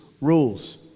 rules